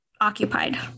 occupied